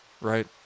right